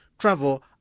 travel